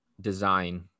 design